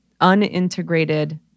unintegrated